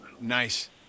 nice